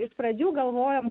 iš pradžių galvojom